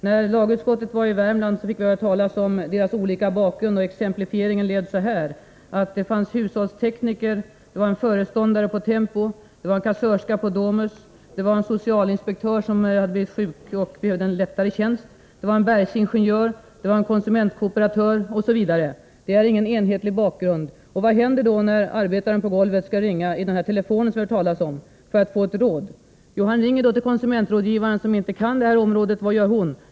När lagutskottet var i Värmland fick vi höra talas om deras olika bakgrund, och exemplifieringen lät så här: Det fanns hushållstekniker, en föreståndare på Tempo, en kassörska på Domus, en socialinspektör som hade blivit sjuk och behövde en lättare tjänst, en bergsingenjör, en konsumentkooperatör osv. Det är ingen enhetlig bakgrund. Vad händer då när arbetaren på golvet skall ringa i den här telefonen, som vi har hört talas om, för att få ett råd? Jo, han ringer då till konsumentrådgivaren, som inte kan det här området. Vad gör hon?